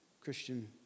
Christian